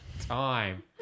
time